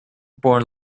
born